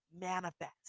manifest